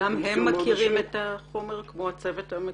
וגם הם מכירים את החומר כמו הצוות המקורי?